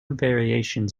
variations